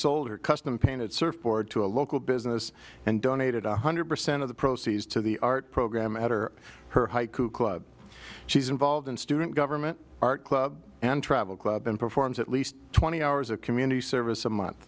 sold her custom painted surfboard to a local business and donated one hundred percent of the proceeds to the art program after her haiku club she's involved in student government art club and travel club and performs at least twenty hours of community service a month